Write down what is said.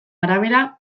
arabera